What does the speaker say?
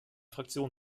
fraktion